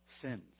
sins